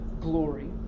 glory